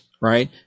right